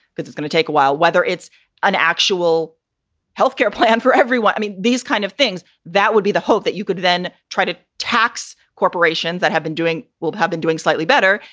this is going to take a while, whether it's an actual health care plan for everyone. i mean, these kind of things, that would be the hope that you could then try to tax corporations that have been doing well, have been doing slightly better,